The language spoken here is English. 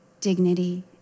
dignity